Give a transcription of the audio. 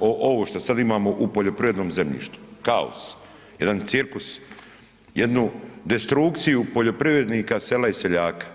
ovo što sad imamo u poljoprivrednom zemljištu, kaos, jedan cirkus, jednu destrukciju poljoprivrednika sela i seljaka.